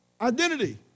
identity